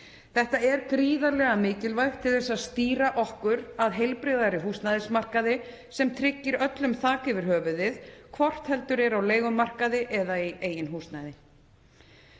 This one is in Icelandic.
Þetta er gríðarlega mikilvægt til þess að stýra okkur að heilbrigðari húsnæðismarkaði sem tryggir öllum þak yfir höfuðið, hvort heldur er á leigumarkaði eða í eigin húsnæði.